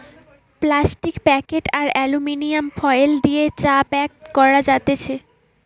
plastic packet আর aluminium foil দিয়ে চা প্যাক করা যাতেছে